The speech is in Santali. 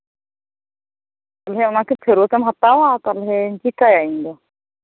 ᱛᱟᱦᱚᱞᱮ ᱚᱱᱟ ᱠᱤ ᱯᱷᱮᱨᱚᱛᱮᱢ ᱦᱟᱛᱟᱣᱟ ᱛᱟᱦᱚᱞᱮᱧ ᱪᱤᱠᱟᱹᱭᱟᱹᱧ ᱤᱧ ᱫᱚ